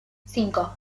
cinco